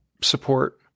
support